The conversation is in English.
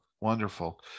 wonderful